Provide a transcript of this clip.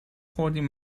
خوردیم